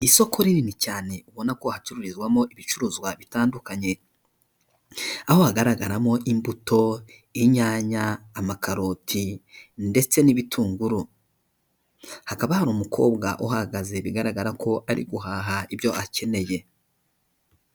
Isoko rinini cyane ubona ko hacururizwamo ibicuruzwa bitandukanye, aho hagaragaramo imbuto, inyanya, amakaroti ndetse n'ibitunguru, hakaba hari umukobwa uhagaze bigaragara ko ari guhaha ibyo akeneye.